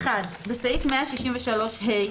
(1)בסעיף 163(ה)